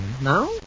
Now